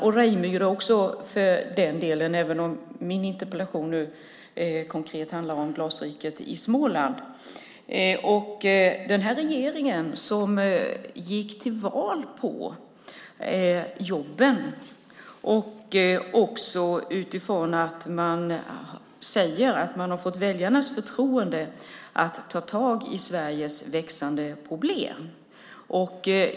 Det gäller Reijmyre också, även om min interpellation konkret handlar om Glasriket i Småland. Regeringen gick ju till val på jobben och säger att man har fått väljarnas förtroende att ta tag i Sveriges växande problem.